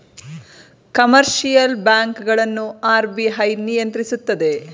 commercial bank ಗಳನ್ನು RBI ನಿಯಂತ್ರಿಸುತ್ತದೆ